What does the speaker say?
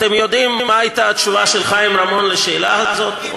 אתם יודעים מה הייתה התשובה של חיים רמון על השאלה הזאת?